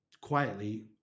quietly